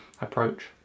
approach